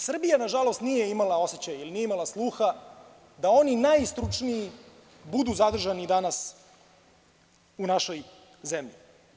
Srbija, nažalost, nije imala osećaj, nije imala sluha da oni najstručniji budu zadržani danas u našoj zemlji.